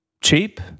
cheap